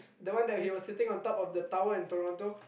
the one that he was sitting on top of the tower in Toronto